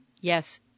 yes